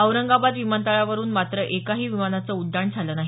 औरंगाबाद विमानतळावरून मात्र एकाही विमानाचं उड्डाण झालं नाही